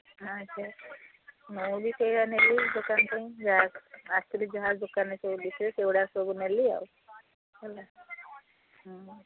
ଆଚ୍ଛା ମୁଁ ବି ସେଇଆ ନେଲି ଦୋକାନ ପାଇଁ ଯାହା ଆସିଥିଲି ଯାହା ଦୋକାନରେ ସେଗୁଡ଼ା ସବୁ ନେଲି ଆଉ ହେଲା ହଁ